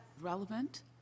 relevant